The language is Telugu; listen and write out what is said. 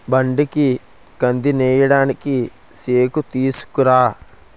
బండికి కందినేయడానికి సేకుతీసుకురా